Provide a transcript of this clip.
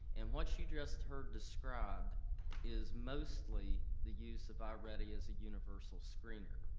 and what you just heard described is mostly the use of ah i-ready as a universal screener.